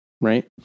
right